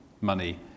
money